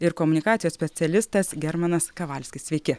ir komunikacijos specialistas germanas kavalskis sveiki